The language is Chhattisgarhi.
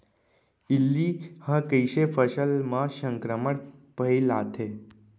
इल्ली ह कइसे फसल म संक्रमण फइलाथे?